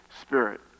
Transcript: Spirit